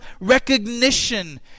recognition